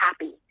happy